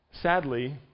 Sadly